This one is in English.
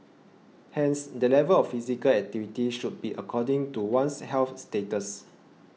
hence the level of physical activity should be according to one's health status